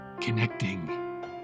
connecting